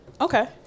Okay